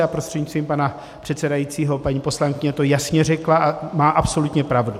A prostřednictvím pana předsedajícího paní poslankyně to jasně řekla a má absolutně pravdu.